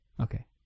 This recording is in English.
Okay